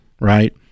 right